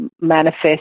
manifest